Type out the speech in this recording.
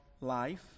life